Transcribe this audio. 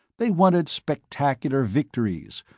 they wanted spectacular victories,